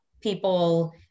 people